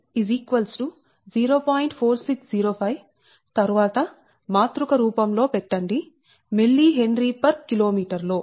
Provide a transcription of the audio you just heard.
4605 తరువాత మాతృక రూపం లో పెట్టండి mHkm లో